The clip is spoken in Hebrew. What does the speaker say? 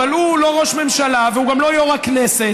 אבל הוא לא ראש ממשלה והוא גם לא יו"ר הכנסת,